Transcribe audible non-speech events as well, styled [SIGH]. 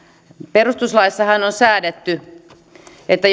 perustuslaissahan on säädetty että [UNINTELLIGIBLE]